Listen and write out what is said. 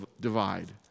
divide